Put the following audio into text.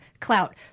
clout